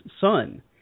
son